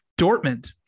Dortmund